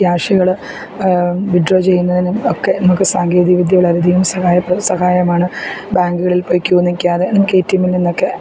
ക്യാഷുകള് withdraw ചെയ്യുന്നതിനും ഒക്കെ നമുക്ക് സാങ്കേതികവിദ്യ വളരെയധികം സഹായപ്രദ സഹായമാണ് ബാങ്കുകളിൽ പോയി ക്യൂ നിൽക്കാതെ നമുക്ക് എ ടി എമ്മിൽ നിന്നൊക്കെ